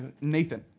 Nathan